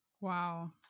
Wow